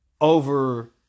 over